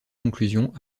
conclusions